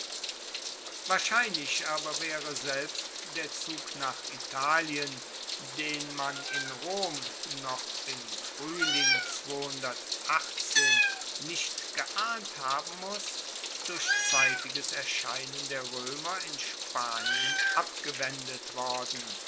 wahrscheinlich aber waere selbst der zug nach italien den man in rom noch im fruehling nicht geahnt haben muss durch zeitiges erscheinen der roemer in spanien abgewendet worden